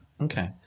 Okay